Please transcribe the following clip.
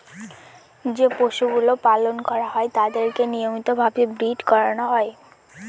যে পশুগুলো পালন করা হয় তাদেরকে নিয়মিত ভাবে ব্রীড করানো হয়